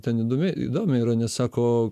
ten įdomi įdomiai yra nes sako